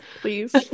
please